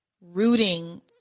rooting